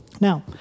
Now